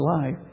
life